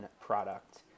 product